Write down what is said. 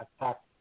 attack